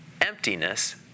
emptiness